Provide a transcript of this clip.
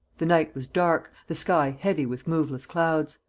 the night was dark, the sky heavy with moveless clouds.